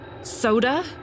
Soda